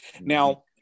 Now-